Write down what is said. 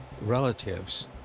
relatives